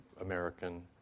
American